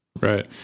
Right